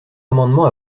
amendement